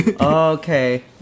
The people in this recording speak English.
Okay